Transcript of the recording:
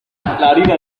harina